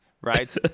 right